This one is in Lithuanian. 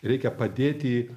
reikia padėti